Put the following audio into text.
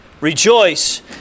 Rejoice